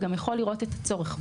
וגם יכול לראות את הצורך.